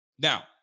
Now